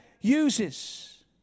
uses